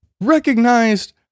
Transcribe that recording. recognized